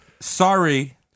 Sorry